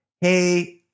hey